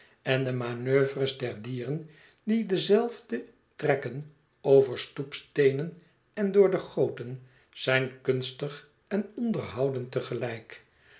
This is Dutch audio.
en de manoeuvres der dieren die dezelve trekken over stoepsteenen en door de goten zijn kunstig en onderhoudend